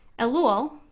Elul